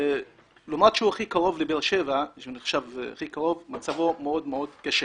ולמרות שהוא קרוב לבאר שבע, מצבו מאוד מאוד קשה.